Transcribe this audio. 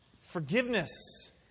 forgiveness